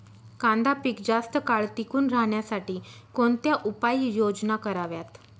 कांदा पीक जास्त काळ टिकून राहण्यासाठी कोणत्या उपाययोजना कराव्यात?